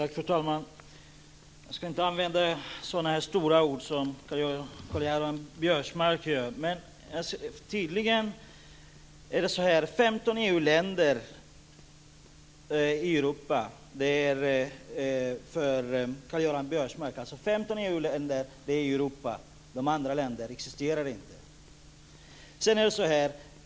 Fru talman! Jag ska inte använda så stora ord som Karl-Göran Biörsmark gör. Tydligen är det 15 EU länder som är Europa för Karl-Göran Biörsmark. De andra länderna existerar inte.